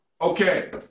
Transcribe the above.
Okay